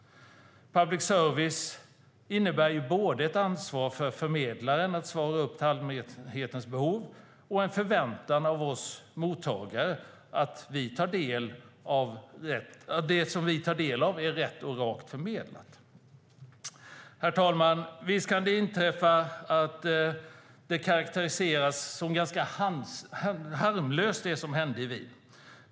Public service innebär både ett ansvar för förmedlaren att svara upp till allmänhetens behov och en förväntan hos oss mottagare att det vi tar del av är rätt och rakt förmedlat. Fru talman! Visst kan det inträffade karakteriseras som ganska harmlöst, det som hände i Wien.